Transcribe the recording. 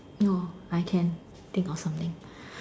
no I can think of something